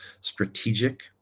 strategic